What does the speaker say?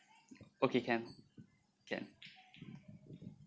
okay can can